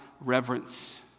reverence